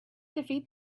defeat